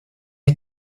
had